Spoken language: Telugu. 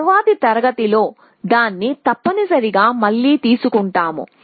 తరువాతి తరగతిలో దాన్ని తప్పనిసరిగా మళ్ళీ తీసుకుంటాము